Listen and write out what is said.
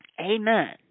Amen